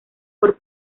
por